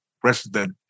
president